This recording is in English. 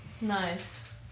Nice